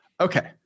Okay